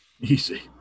Easy